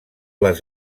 les